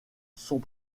sont